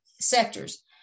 sectors